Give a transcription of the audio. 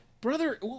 brother